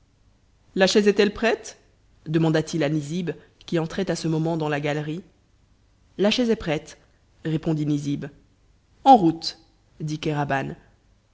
la chaise est-elle prête demanda-t-il à nizib qui entrait à ce moment dans la galerie la chaise est prête répondit nizib en route dit kéraban